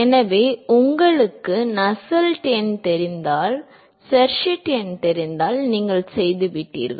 எனவே உங்களுக்கு நஸ்ஸெல்ட் எண் தெரிந்தால் ஷெர்வுட் எண் தெரிந்தால் நீங்கள் செய்துவிட்டீர்கள்